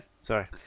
Sorry